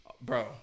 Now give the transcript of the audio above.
bro